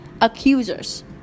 accusers